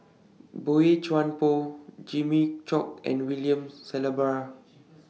Boey Chuan Poh Jimmy Chok and William Shellabear